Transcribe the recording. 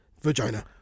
vagina